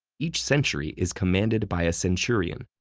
each century is commanded by a centurion.